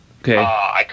Okay